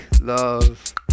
love